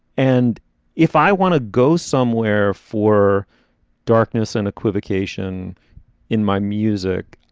and if i want to go somewhere for darkness and equivocation in my music,